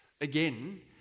again